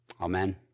Amen